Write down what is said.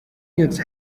years